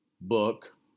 book